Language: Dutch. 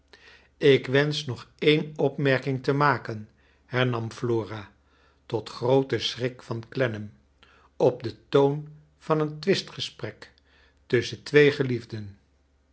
ik wensch nog een opmerking te maken hernani flora tot grooten schrik van clennam op den toon van een twistgesprek tusschen twee geliefden